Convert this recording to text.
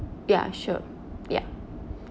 ya sure ya